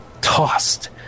tossed